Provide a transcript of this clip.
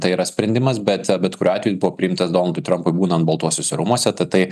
tai yra sprendimas bet bet kuriuo atveju buvo priimtas donaldui trampui būnant baltuosiuose rūmuose tad tai